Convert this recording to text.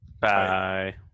bye